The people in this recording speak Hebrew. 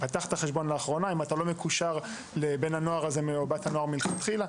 לא מקושר לבן הנוער הזה מלכתחילה.